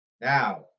Now